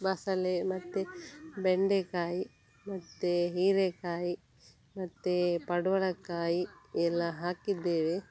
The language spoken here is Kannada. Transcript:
ಬಸಳೆ ಮತ್ತು ಬೆಂಡೆಕಾಯಿ ಮತ್ತು ಹೀರೇಕಾಯಿ ಮತ್ತು ಪಡುವಲಕಾಯಿ ಎಲ್ಲ ಹಾಕಿದ್ದೇವೆ